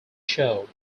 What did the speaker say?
show